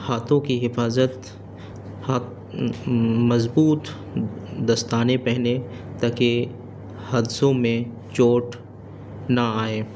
ہاتھوں کی حفاظت مضبوط دستانے پہنے تاکہ حادثوں میں چوٹ نہ آئیں